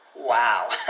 Wow